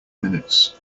minutes